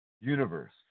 universe